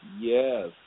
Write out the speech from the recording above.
Yes